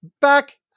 Back